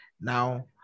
Now